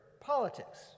politics